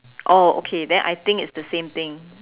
oh okay then I think it's the same thing